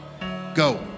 Go